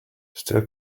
still